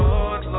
Lord